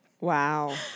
Wow